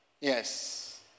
Yes